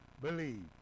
believe